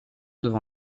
devant